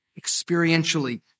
experientially